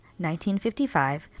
1955